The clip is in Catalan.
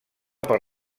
per